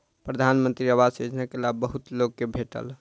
प्रधानमंत्री आवास योजना के लाभ बहुत लोक के भेटल